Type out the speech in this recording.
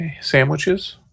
sandwiches